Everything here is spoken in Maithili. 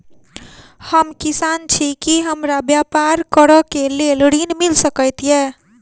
हम किसान छी की हमरा ब्यपार करऽ केँ लेल ऋण मिल सकैत ये?